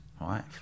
right